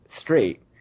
straight